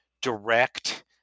direct